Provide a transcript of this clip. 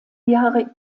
jahre